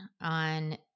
on